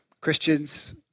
Christians